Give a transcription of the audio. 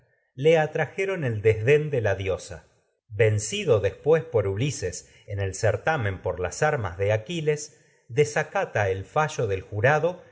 le atrajeron por el desdén en vencido las después de ulises el certamen por armas aquiles desacata el fallo del jurado